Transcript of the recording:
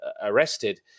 arrested